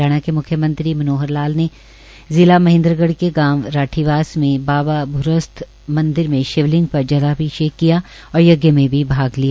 हरियाणा के म्ख्यमंत्री मनोहर लाल ने जिला महेन्द्रगढ़ के गांव राठीवास में बाबा भूरस्थ मंदिर में शिवलिंग पर जलाभिषेक किया और यज्ञ में भी भाग लिया